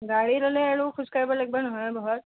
গাড়ী ল'লে আৰু খোজ কাঢ়িব লাগিব নহয় বহুত